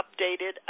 updated